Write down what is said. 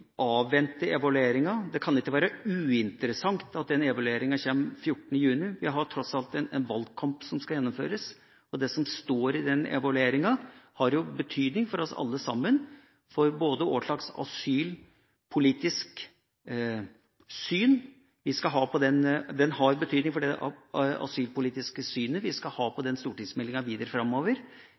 evalueringa. Det kan ikke være uinteressant at den evalueringa kommer 14. juni. Vi har tross alt en valgkamp som skal gjennomføres. Det som står i den evalueringa, har betydning for oss alle for hva slags syn vi skal ha videre framover når det gjelder asylpolitikk. Vi får der hjelp til å vurdere i hvor stor grad stortingsmeldinga